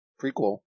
prequel